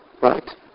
right